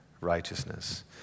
righteousness